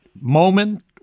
moment